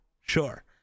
sure